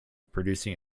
producing